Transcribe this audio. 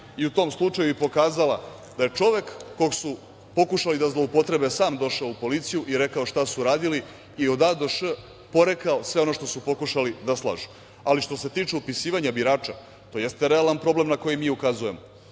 i u tom slučaju i pokazala da je čovek kog su pokušali da zloupotrebe sam došao u policiju i rekao šta su radili i od A do Š porekao sve ono što su pokušali da slažu. Ali što se tiče upisivanja birača, to jeste realan problem na koji mi ukazujemo.